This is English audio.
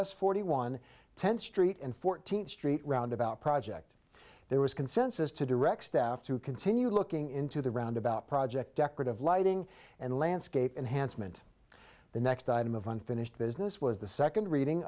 us forty one tenth street and fourteenth street roundabout project there was consensus to direct staff to continue looking into the roundabout project decorative lighting and landscape enhanced mint the next item of unfinished business was the second reading